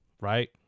right